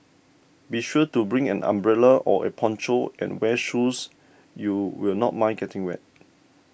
be sure to bring an umbrella or a poncho and wear shoes you will not mind getting wet